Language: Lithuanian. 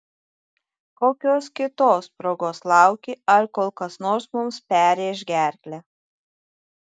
kokios kitos progos lauki ar kol kas nors mums perrėš gerklę